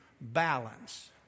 balance